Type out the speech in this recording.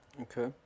Okay